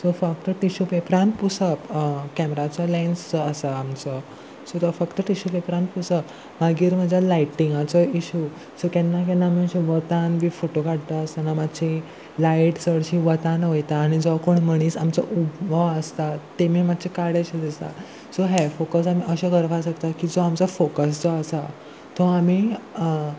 so फक्त tissue पेपरान पुसप कॅमराचो लेन्स जो आसा आमचो सो तो फक्त टिशू पेपरान पुसप मागीर म्हज्या लायटिंगाचो इशू सो केन्ना केन्ना आमी अशें वतान बी फोटो काडटा आसतना मातशी लायट चडशी वतान वयता आनी जो कोण मनीस आमचो उबो आसता तेमी मात्शे काडेशें दिसता सो हे फोकस आमी अशें करपाक शकता की जो आमचो फोकस जो आसा तो आमी